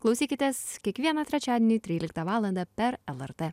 klausykitės kiekvieną trečiadienį tryliktą valandą per lrt